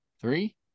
Three